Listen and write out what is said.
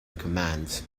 commands